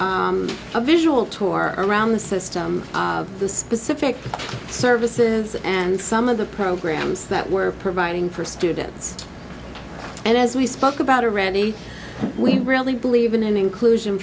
a visual tour around the system the specific services and some of the programs that we're providing for students and as we spoke about a randy we really believe in an inclusion